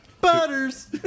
Butters